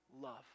love